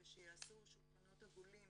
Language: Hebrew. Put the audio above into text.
בחודש יעשו שולחנות עגולים